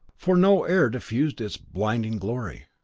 for no air diffused its blinding glory.